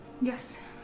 Yes